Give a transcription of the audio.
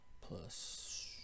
plus